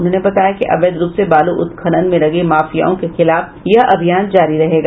उन्होंने बताया कि अवैध रूप से बालू उत्खनन में लगे माफियाओं के खिलाफ यह अभियान जारी रहेगा